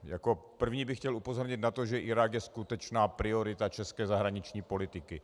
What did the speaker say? Jako první bych chtěl upozornit na to, že Irák je skutečná priorita české zahraniční politiky.